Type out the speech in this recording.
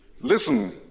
Listen